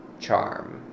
charm